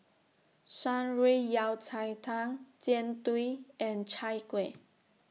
Shan Rui Yao Cai Tang Jian Dui and Chai Kuih